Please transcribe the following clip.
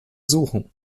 suchen